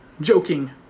joking